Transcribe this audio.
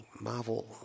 Marvel